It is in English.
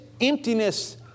emptiness